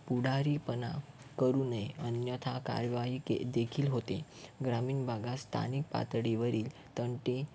पुढारीपणा करू नये अन्यथा कारवाही के देखील होते ग्रामीण भागास स्थानिक पातळीवरील तंटी